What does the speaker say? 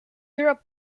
europe